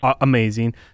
amazing